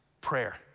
prayer